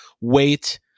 wait